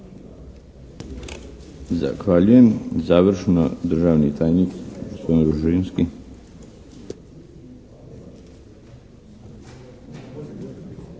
Zahvaljujem. Završno, državni tajnik